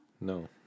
No